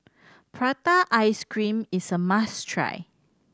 prata ice cream is a must try